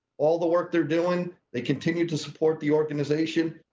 all the work they're doing, they continue to support the organization,